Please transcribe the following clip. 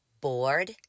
bored